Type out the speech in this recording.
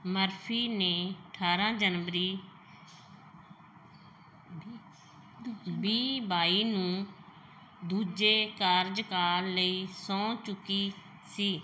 Murphy ਨੇ ਠਾਰਾਂ ਜਨਵਰੀ ਵੀਹ ਬਾਈ ਨੂੰ ਦੂਜੇ ਕਾਰਜਕਾਲ ਲਈ ਸਹੁੰ ਚੁੱਕੀ ਸੀ